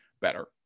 better